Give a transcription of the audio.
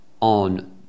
on